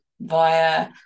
via